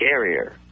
scarier